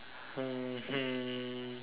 mmhmm